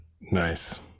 Nice